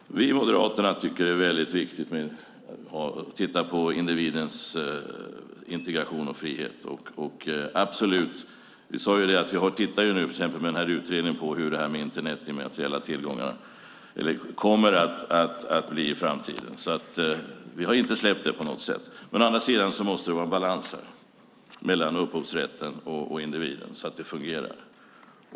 Herr talman! Vi i Moderaterna tycker att det är viktigt att titta på individens integritet och frihet. Vi tittar nu genom den här utredningen på hur det kommer att bli med Internet och de immateriella tillgångarna i framtiden. Vi har inte släppt det. Men det måste vara balans mellan upphovsrätten och individen så att det fungerar.